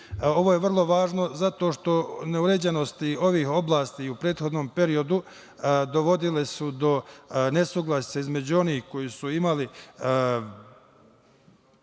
je vrlo važno zato što neuređenosti ovih oblasti u prethodnom periodu dovodile su do nesuglasice između onih koji su imali